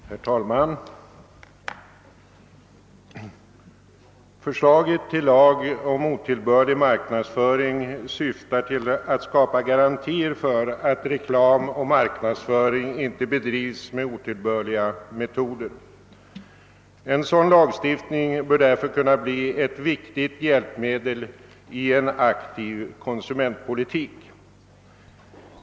Herr talman! Förslaget till lag om otillbörlig marknadsföring syftar till att skapa garantier för att reklam och marknadsföring inte bedrivs med otillbörliga metoder. En sådan lagstiftning bör därför kunna bli ett viktigt hjälpmedeli en aktiv konsumentpolitik.